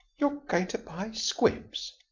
you're going to buy squibs!